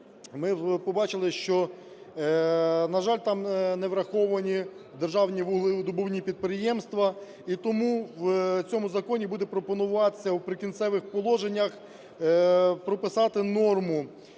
ми побачили, що, на жаль, там не враховані державні вуглевидобувні підприємства. І тому в цьому законі буде пропонуватися у "Прикінцевих положеннях" прописати норму